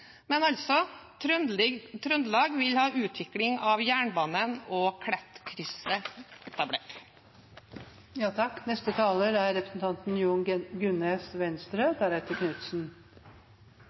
Men altså: Trøndelag vil ha utvikling av jernbanen, og de vil ha Klettkrysset etablert.